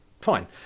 Fine